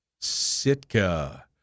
Sitka